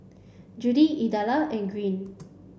Judy Idella and Greene